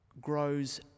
grows